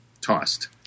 tossed